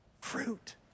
Fruit